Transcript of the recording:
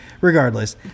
regardless